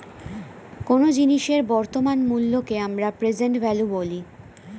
কোনো জিনিসের বর্তমান মূল্যকে আমরা প্রেসেন্ট ভ্যালু বলি